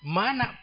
Mana